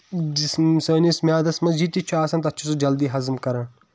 سٲنِس میادَس منٛز یہِ تہِ چھُ آسان تَتھ چھُ سُہ جلدی ہَضم کران